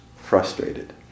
frustrated